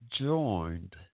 joined